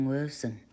Wilson